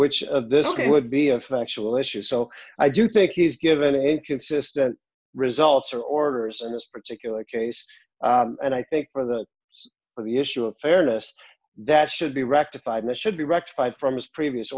which of this would be a factual issue so i do think he's given a consistent results or orders in this particular case and i think for the for the issue of fairness that should be rectified this should be rectified from his previous